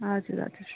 हजुर हजुर